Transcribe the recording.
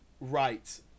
Right